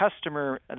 customer